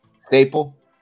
staple